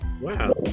Wow